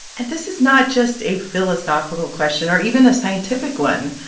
and this is not just a philosophical question, or even a scientific one.